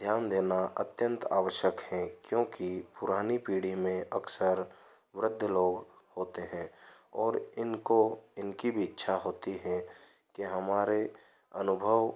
ध्यान देना अत्यंत आवश्यक है क्योंकि पुरानी पीढ़ी में अक्सर वृद्ध लोग होते हैं और इनको इनकी भी इच्छा होती है कि हमारे अनुभव